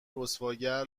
رسواگر